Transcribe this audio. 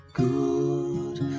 Good